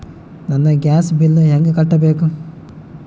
ನನ್ನ gas bill ಹೆಂಗ ಕಟ್ಟಬೇಕು?